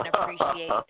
appreciate